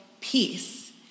peace